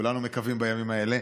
כולנו מקווים בימים האלה.